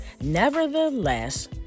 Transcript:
Nevertheless